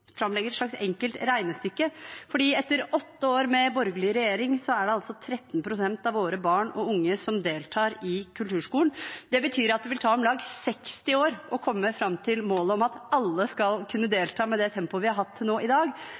et slags enkelt regnestykke, for etter åtte år med borgerlig regjering er det altså 13 pst. av våre barn og unge som deltar i kulturskolen. Det betyr at det vil ta om lag 60 år å komme fram til målet om at alle skal kunne delta, med det tempoet vi har hatt til nå i dag.